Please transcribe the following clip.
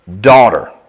daughter